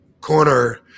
corner